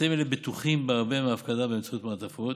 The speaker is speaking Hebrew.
אמצעים אלו בטוחים בהרבה מהפקדה באמצעות מעטפות,